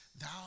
Thou